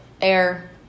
Air